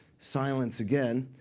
silence again.